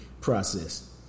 process